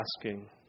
asking